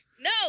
No